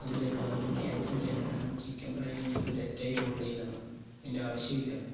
അതേ ചേട്ടാ അതൊന്ന് ക്യാൻസൽ ചെയ്യണം കാരണം ചിക്കൻ ഫ്രൈ ഞങ്ങള് തെറ്റായിട്ട് ഓർഡർ ചെയ്തതാണ് അതിൻ്റെ ആവശ്യം ഇല്ല